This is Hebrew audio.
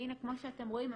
והנה כמו שאתם רואים,